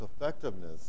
effectiveness